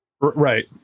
Right